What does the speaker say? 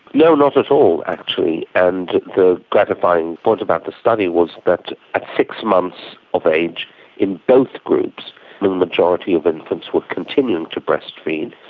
no, not at all actually, and the gratifying point about the study was that at six months of age in both groups the the majority of infants were continuing to breastfeed,